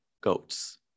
goats